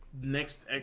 next